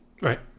Right